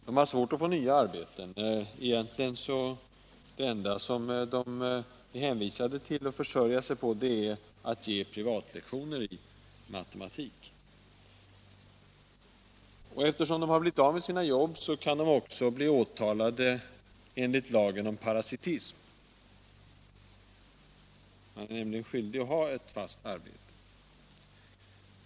De har svårt att få nya arbeten; det enda de kan försörja sig på är att ge privatlektioner i matematik. Eftersom de har blivit av med sina jobb kan de också bli åtalade enligt lagen om parasitism — man är nämligen skyldig att ha ett fast arbete.